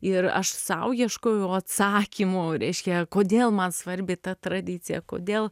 ir aš sau ieškojau atsakymų reiškia kodėl man svarbi ta tradicija kodėl